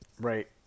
right